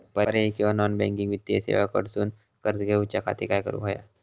पर्यायी किंवा non banking वित्तीय सेवा कडसून कर्ज घेऊच्या खाती काय करुक होया?